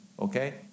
Okay